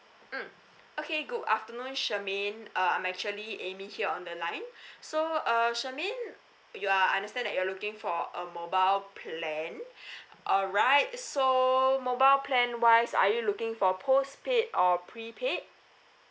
mm okay good afternoon shermaine uh I'm actually amy here on the line so uh shermaine you are understand that you're looking for a mobile plan alright so mobile plan wise are you looking for postpaid or prepaid